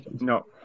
No